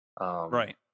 right